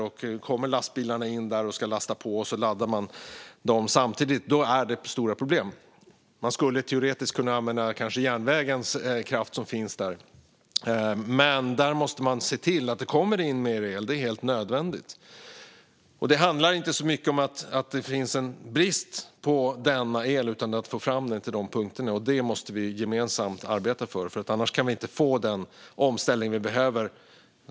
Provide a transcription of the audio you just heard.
Men kommer lastbilarna in där och ska lasta på och man laddar dem samtidigt blir det stora problem. Man skulle teoretiskt kanske kunna använda järnvägens kraft som finns där, men man måste hur som helst se till att det kommer in mer el. Det är helt nödvändigt. Det handlar inte så mycket om brist på el utan om att få fram den till de punkterna. Detta måste vi gemensamt arbeta för. Annars kan vi inte få den omställning vi behöver.